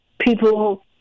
people